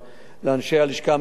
שעשו עבודה מצוינת.